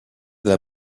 della